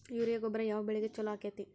Urea ಗೊಬ್ಬರ ಯಾವ ಬೆಳಿಗೆ ಛಲೋ ಆಕ್ಕೆತಿ?